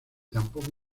tampoco